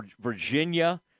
Virginia